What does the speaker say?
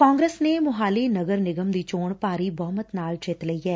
ਕਾਂਗਰਸ ਨੇ ਮੋਹਾਲੀ ਨਗਰ ਨਿਗਮ ਦੀ ਚੋਣ ਭਾਰੀ ਬਹੁਮਤ ਨਾਲ ਜਿੱਤ ਲਈ ਐ